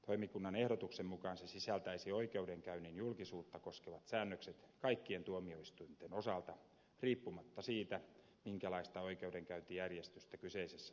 toimikunnan ehdotuksen mukaan se sisältäisi oikeudenkäynnin julkisuutta koskevat säännökset kaikkien tuomioistuinten osalta riippumatta siitä minkälaista oikeudenkäyntijärjestystä kyseisessä tuomioistuimessa sovelletaan